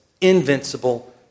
invincible